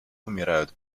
умирают